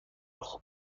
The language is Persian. خوب